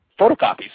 photocopies